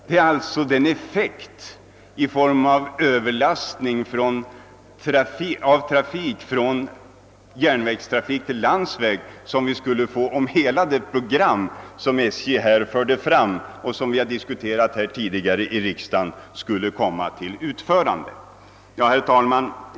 Det är alltså den effekt i form av överföring av trafik från järnväg till landsväg som vi skulle få, om hela det program som SJ har framlagt och som vi har diskuterat här tidigare i riksdagen skulle komma till utförande. Herr talman!